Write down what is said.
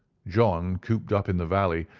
john, cooped up in the valley,